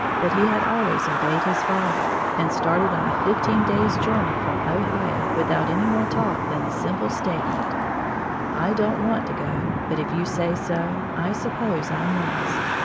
but he had always obeyed his father, and started on a fifteen days' journey from ohio without any more talk than the simple statement i don't want to go, but if you say so, i suppose i must.